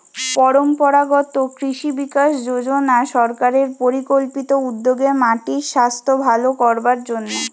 পরম্পরাগত কৃষি বিকাশ যজনা সরকারের পরিকল্পিত উদ্যোগ মাটির সাস্থ ভালো করবার জন্যে